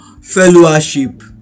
fellowship